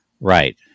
Right